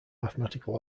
mathematical